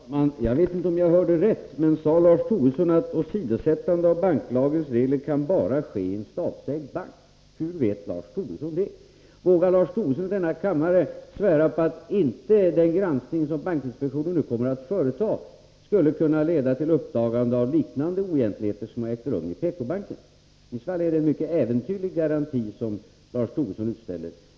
Herr talman! Jag vet inte om jag hörde rätt, men sade Lars Tobisson att åsidosättande av banklagens regler bara kan ske i en statsägd bank? Hur vet Lars Tobisson det? Vågar Lars Tobisson i denna kammare svära på att den granskning som bankinspektionen nu kommer att företa inte skulle kunna leda till uppdagande av liknande oegentligheter som de som har förekommit i PK-banken? I så fall är det en mycket äventyrlig garanti som Lars Tobisson utfärdar.